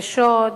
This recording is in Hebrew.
בשוד,